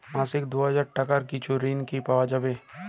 মাসিক দুই হাজার টাকার কিছু ঋণ কি পাওয়া যাবে?